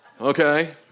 Okay